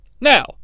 Now